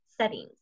settings